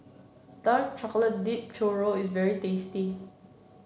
Dark Chocolate Dipped Churro is very tasty